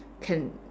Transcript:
can